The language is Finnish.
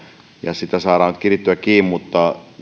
sitä saadaan nyt kirittyä kiinni mutta